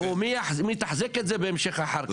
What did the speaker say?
ומי יתחזק את זה בהמשך, אחר כך?